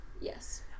yes